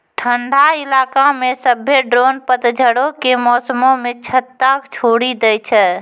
ठंडा इलाका मे सभ्भे ड्रोन पतझड़ो के मौसमो मे छत्ता छोड़ि दै छै